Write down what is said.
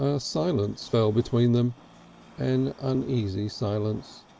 ah silence fell between them an uneasy silence.